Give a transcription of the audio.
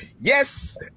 Yes